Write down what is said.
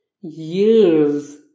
years